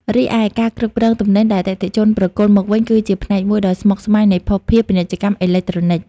រីឯការគ្រប់គ្រងទំនិញដែលអតិថិជនប្រគល់មកវិញ គឺជាផ្នែកមួយដ៏ស្មុគស្មាញនៃភស្តុភារ ពាណិជ្ជកម្មអេឡិចត្រូនិក។